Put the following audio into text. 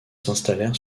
s’installèrent